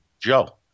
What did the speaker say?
Joe